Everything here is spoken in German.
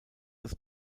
des